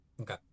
Okay